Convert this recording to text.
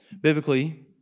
Biblically